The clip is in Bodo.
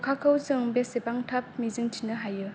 अखाखौ जों बोसेबां थाब मिजिंथिनो हायो